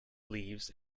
leaves